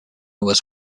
was